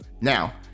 Now